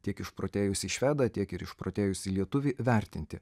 tiek išprotėjusį švedą tiek ir išprotėjusį lietuvį vertinti